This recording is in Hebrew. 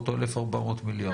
1,500 או 1,400 מיליארד.